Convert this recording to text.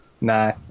nah